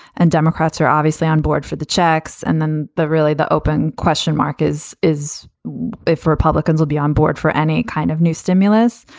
and democrats are obviously onboard for the checks. and then the really the open question mark is, is if republicans will be onboard for any kind of new stimulus.